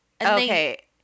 Okay